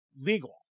legal